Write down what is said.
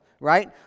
right